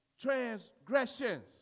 transgressions